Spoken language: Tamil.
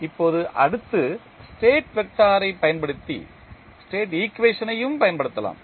இப்போது அடுத்து ஸ்டேட் வெக்டாரைப் பயன்படுத்தி ஸ்டேட் ஈக்குவேஷன் ஐயும் பயன்படுத்தலாம்